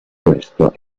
questo